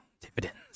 Dividends